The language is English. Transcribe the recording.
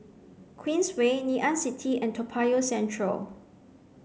Queensway Ngee Ann City and Toa Payoh Central